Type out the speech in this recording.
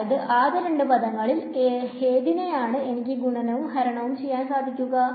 അതായത് ആദ്യ രണ്ട് പദങ്ങളിൽ ഏതിനെ ആണ് എനിക്ക് ഗുണവും ഹരണവും ചെയ്യാൻ സാധിക്കുക